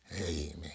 Amen